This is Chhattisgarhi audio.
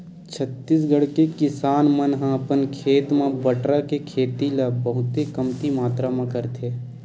छत्तीसगढ़ के किसान मन ह अपन खेत म बटरा के खेती ल बहुते कमती मातरा म करथे